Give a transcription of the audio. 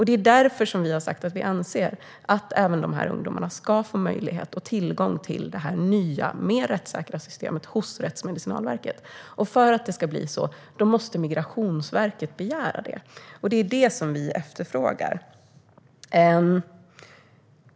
Det är därför vi anser att även dessa ungdomar ska få tillgång till det nya, mer rättssäkra systemet hos Rättsmedicinalverket. För att det ska bli så måste Migrationsverket begära det. Det är vad vi efterfrågar.